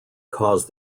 cause